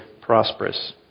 prosperous